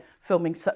filming